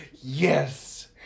Yes